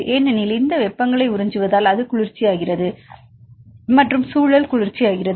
ஏனெனில் இந்த வெப்பங்களை உறிஞ்சுவதால் அது குளிர்ச்சியாகிறது மற்றும் சூழல் குளிர்ச்சியாகிறது